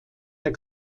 der